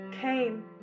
came